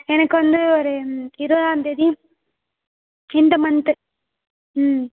எனக்கு வந்து ஒரு இருபதாந்தேதி இந்த மந்த்து ம்